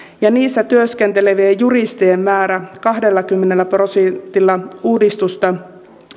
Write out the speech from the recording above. ja niissä työskentelevien juristien määrä kahdellakymmenellä prosentilla uudistusta